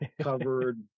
covered